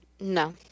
No